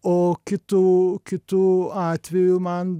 o kitu kitu atveju man